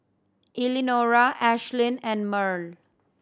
Elenora Ashlynn and Murl